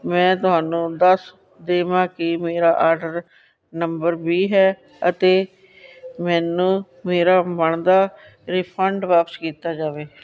ਮੈਂ ਤੁਹਾਨੂੰ ਦੱਸ ਦੇਵਾਂ ਕਿ ਮੇਰਾ ਆਡਰ ਨੰਬਰ ਵੀਹ ਹੈ ਅਤੇ ਮੈਨੂੰ ਮੇਰਾ ਬਣਦਾ ਰੀਫੰਡ ਵਾਪਸ ਕੀਤਾ ਜਾਵੇ